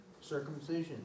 circumcision